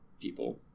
people